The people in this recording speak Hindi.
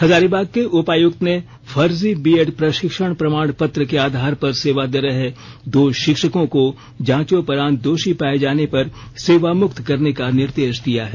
हजारीबाग के उपायुक्त ने फर्जी बीएड प्रशिक्षण प्रमाण पत्र के आधार पर सेवा दे रहे दो शिक्षकों को जांचोपरांत दोषी पाये जाने पर सेवा मुक्त करने का निर्देश दिया है